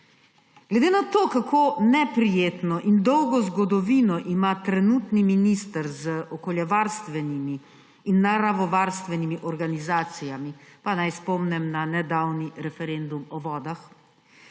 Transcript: Glede na to, kako neprijetno in dolgo zgodovino ima trenutni minister z okoljevarstvenimi in naravovarstvenimi organizacijami – pa naj spomnim na nedavni referendum o vodah